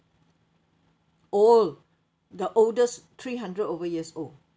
old the oldest three hundred over years old